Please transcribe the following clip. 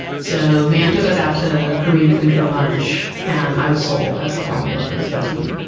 so van took us out to korean food for lunch and i was sold. i was like, i wanna work for this person.